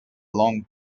long